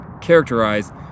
characterized